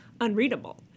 unreadable